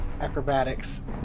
acrobatics